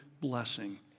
blessing